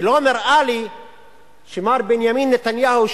ולא נראה שלי שמר בנימין נתניהו,